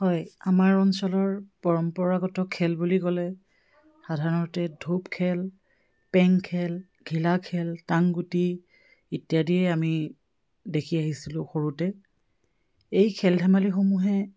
হয় আমাৰ অঞ্চলৰ পৰম্পৰাগত খেল বুলি ক'লে সাধাৰণতে ধূপ খেল পেং খেল ঘিলা খেল টাংগুটি ইত্যাদিয়েই আমি দেখি আহিছিলোঁ সৰুতে এই খেল ধেমালিসমূহে